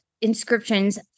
inscriptions